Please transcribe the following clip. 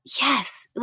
yes